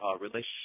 relationship